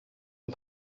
dem